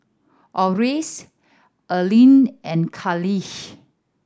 Orris Erline and Carleigh